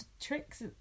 tricks